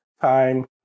time